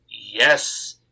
Yes